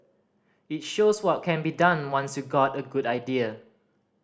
it shows what can be done once you've got a good idea